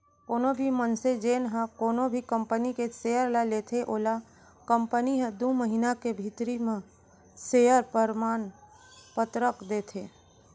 कोनो भी मनसे जेन ह कोनो भी कंपनी के सेयर ल लेथे ओला कंपनी ह दू महिना के भीतरी म सेयर परमान पतरक देथे